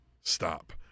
stop